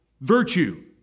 virtue